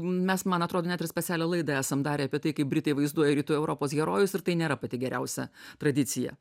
mes man atrodo net ir specialią laidą esam darę apie tai kaip britai vaizduoja rytų europos herojus ir tai nėra pati geriausia tradicija